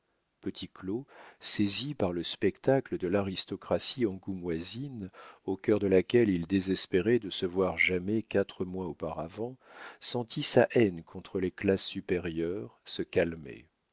petit claud saisi par le spectacle de l'aristocratie angoumoisine au cœur de laquelle il désespérait de se voir jamais quatre mois auparavant sentit sa haine contre les classes supérieures se calmer